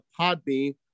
Podbean